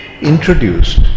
introduced